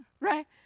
right